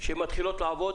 שחברות התעופה מתחילות לעבוד